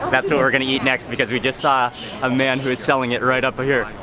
that's what we're gonna eat next because we just saw a man who is selling it right up here.